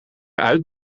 uit